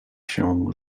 się